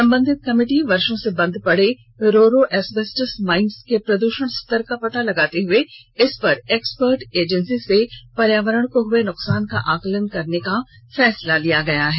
संबंधित कमेटी वर्षो से बंद पडे रोरो एस्बेस्टस माइंस के प्रदृषण स्तर का पता लगाते हए इस पर एक्सपर्ट एजेंसी से पर्यावरण को हए नुकसान का आकलन कराने का फैसला लिया है